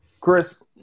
Chris